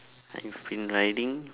I've been riding